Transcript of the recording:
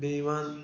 بیٚیہِ یِوان